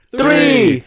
three